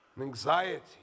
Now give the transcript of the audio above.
anxiety